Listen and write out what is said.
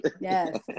Yes